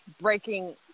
breaking